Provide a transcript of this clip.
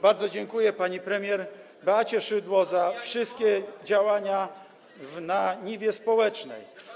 Bardzo dziękuję pani premier Beacie Szydło za wszystkie działania na niwie społecznej.